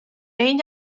één